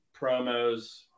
promos